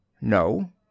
No